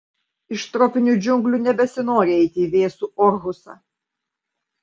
iš tropinių džiunglių nebesinori eiti į vėsų orhusą